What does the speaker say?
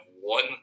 one